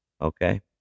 Okay